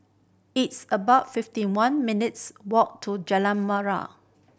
it's about fifty one minutes' walk to Jalan Murai